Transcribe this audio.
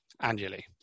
annually